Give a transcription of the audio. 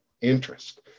interest